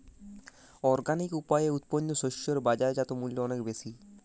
organic উপায়ে উৎপন্ন শস্য এর বাজারজাত মূল্য অনেক বেশি